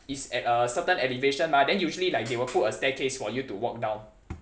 is at a certain elevation mah then usually like they will put a staircase for you to walk down